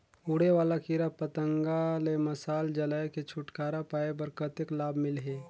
उड़े वाला कीरा पतंगा ले मशाल जलाय के छुटकारा पाय बर कतेक लाभ मिलही?